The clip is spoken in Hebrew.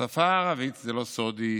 השפה הערבית, זה לא סוד, היא